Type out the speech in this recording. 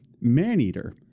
Maneater